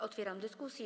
Otwieram dyskusję.